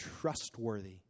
trustworthy